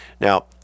Now